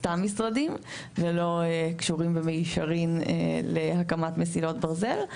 סתם משרדים ולא קשורים במישרין להקמת מסילות ברזל.